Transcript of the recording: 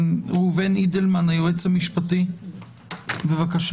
ראובן אידלמן, היועץ המשפטי, בבקשה.